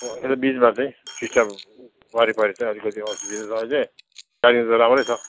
अलिक बिचमा चाहिँ टिस्टा वारिपारि चाहिँ अलिकति असुविधाले छ अहिले गाडीमा त राम्रै छ